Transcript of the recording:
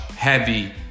heavy